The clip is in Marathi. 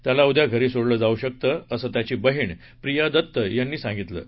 त्याला उद्या घरी सोडलं जाऊ शकतं असं त्याची बहीण प्रिया दत्त यांनी सांगितलं आहे